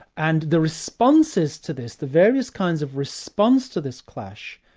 and the responses to this, the various kinds of response to this clash,